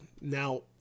Now